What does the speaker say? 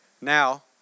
Now